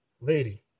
Lady